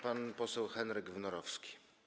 Pan poseł Henryk Wnorowski.